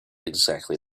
exactly